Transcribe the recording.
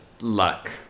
luck